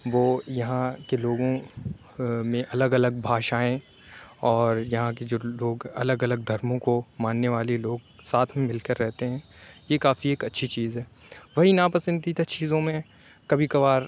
وہ یہاں کے لوگوں میں الگ الگ بھاشائیں اور یہاں کے جو لوگ الگ الگ دھرموں کو ماننے والے لوگ ساتھ میں مل کر رہتے ہیں یہ کافی ایک اچھی چیز ہے وہی ناپسندیدہ چیزوں میں کبھی کبھار